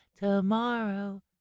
Tomorrow